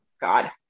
God